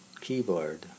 Keyboard